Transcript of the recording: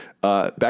back